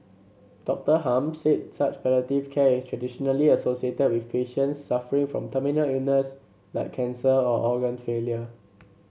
Doctor Hum said such palliative care is traditionally associated with patients suffering from terminal illness like cancer or organ failure